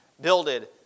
builded